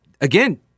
again